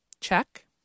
Check